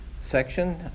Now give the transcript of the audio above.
section